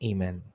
Amen